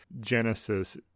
Genesis